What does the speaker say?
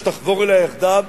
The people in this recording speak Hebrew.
שתחבור אליה יחדיו,